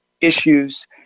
issues